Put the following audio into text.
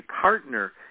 partner